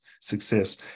success